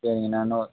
சரிங்க நான்